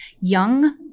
young